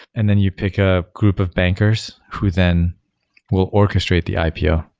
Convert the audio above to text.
and then you pick a group of bankers who then will orchestrate the ipo.